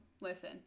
Listen